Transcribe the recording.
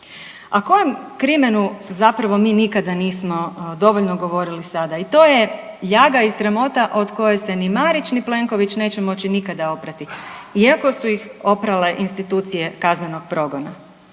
A kojem krimenu zapravo mi nismo dovoljno govorili nikada sada, i to je ljaga i sramota zbog koje se ne ni Marić, ni Plenković neće moći nikada oprati iako su ih oprale institucije kaznenog progona.